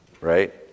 right